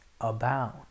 abound